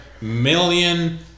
million